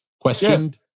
questioned